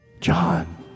John